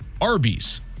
Arby's